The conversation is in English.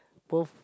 both